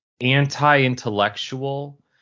anti-intellectual